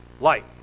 light